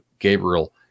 Gabriel